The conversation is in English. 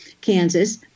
Kansas